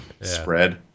spread